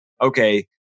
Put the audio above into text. okay